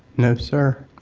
no, sir.